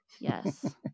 Yes